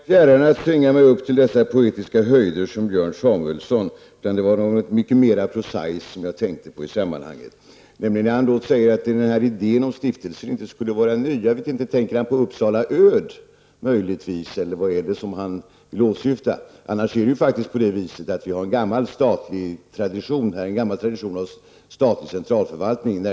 Herr talman! Det vore mig fjärran att svinga mig upp till sådana poetiska höjder som Björn Samuelson, utan det var någonting mycket mera prosaiskt som jag tänkte på i sammanhanget. Han säger att idén om stiftelser inte skulle vara ny. Tänker han då på Uppsala Öd möjligtvis? Annars har vi en gammal tradition av statlig centralförvaltning.